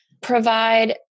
provide